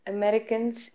Americans